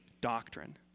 doctrine